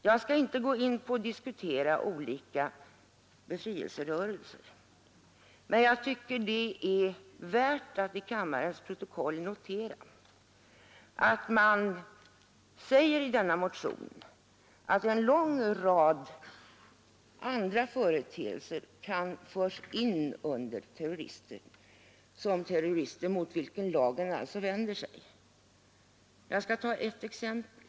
Jag skall inte gå in på att diskutera olika befrielserörelser, men jag tycker att det är värt att till kammarens protokoll få noterat att man säger i denna motion att en lång rad andra företeelser förs in under begreppet terrorism, alltså det som lagen vänder sig emot. Jag skall ta ett exempel.